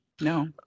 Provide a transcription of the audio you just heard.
No